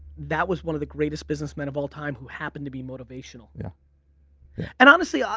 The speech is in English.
that was one of the greatest businessmen of all time who happened to be motivational. yeah and honestly, ah